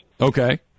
Okay